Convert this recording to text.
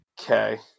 Okay